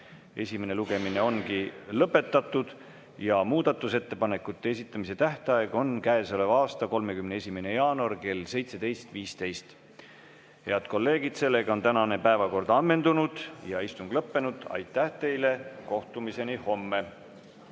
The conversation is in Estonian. Esimene lugemine ongi lõpetatud. Muudatusettepanekute esitamise tähtaeg on käesoleva aasta 31. jaanuar kell 17.15.Head kolleegid, seega on tänane päevakord ammendunud ja istung lõppenud. Aitäh teile! Kohtumiseni homme!